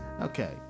Okay